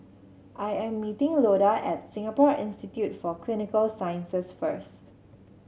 I am meeting Loda at Singapore Institute for Clinical Sciences first